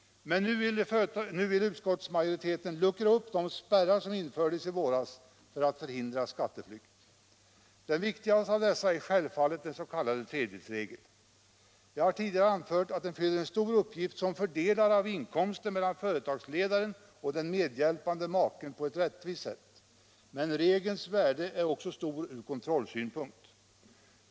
Men nu vill utskottsmajoriteten luckra upp de spärrar som infördes i våras för att förhindra skatteflykt. Den viktigaste av dessa är självfallet den s.k. tredjedelsregeln. Jag har tidigare anfört att den fyller en stor uppgift som fördelare av inkomsten mellan företagsledaren och den medhjälpande maken på ett rättvist sätt, men regelns värde är också stor ur kontrollsynpunkt.